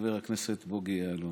לחבר הכנסת בוגי יעלון.